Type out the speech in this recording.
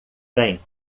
bem